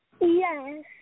Yes